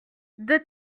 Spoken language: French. deux